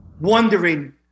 wondering